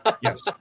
yes